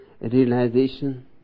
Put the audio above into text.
realization